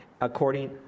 according